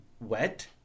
wet